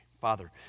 Father